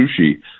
sushi